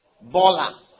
Bola